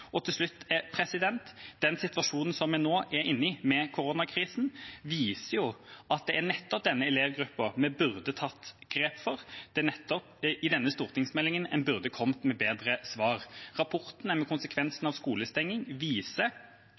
Til slutt: Den situasjonen vi nå er i med koronakrisen, viser jo at det er nettopp denne elevgruppen vi burde tatt grep for. Det er nettopp i denne stortingsmeldinga en burde kommet med bedre svar. Rapportene om konsekvensene av skolestenging viser